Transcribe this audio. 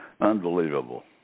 Unbelievable